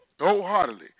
Wholeheartedly